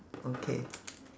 okay